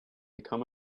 become